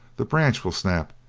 the branch will snap,